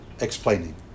explaining